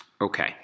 Okay